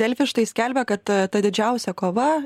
delfi štai skelbia kad ta didžiausia kova